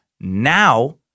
Now